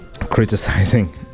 criticizing